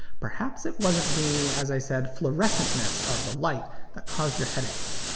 perhaps it wasn't the, as i said, fluorescent-ness of the light that caused your headaches.